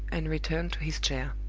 and returned to his chair.